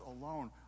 alone